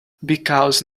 because